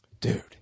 Dude